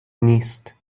نیست